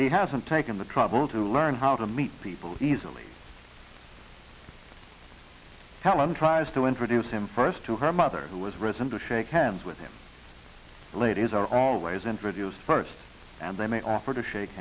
he hasn't taken the trouble to learn how to meet people easily helen tries to introduce him first to her mother who has risen to shake hands with the ladies are always introduced first and they may offer to shake